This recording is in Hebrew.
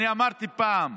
אמרתי פעם: